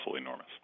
enormous